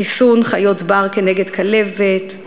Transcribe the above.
חיסון חיות בר כנגד כלבת,